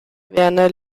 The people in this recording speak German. werner